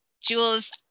Jules